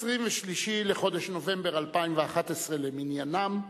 23 לחודש נובמבר 2011 למניינם.